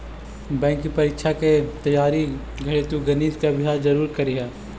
bank के परीक्षा के तइयारी घड़ी तु गणित के अभ्यास जरूर करीह